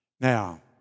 Now